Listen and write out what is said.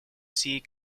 sea